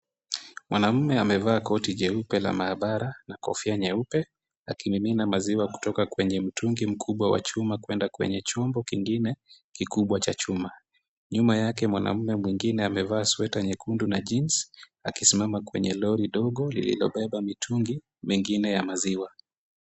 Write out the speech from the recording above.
Mwanaume amevaa koti jeupe la maabara na kofia nyeupe akimimina maziwa kutoka kwenye mtungi mkubwa wa chuma kwenda kwenye chombo kingine kikubwa cha chuma. Nyuma yake mwanaume mwingine amevaa sweta nyekundu na jeans akisimama kwenye lori dogo lililobeba mitungi mingine ya maziwa.